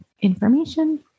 information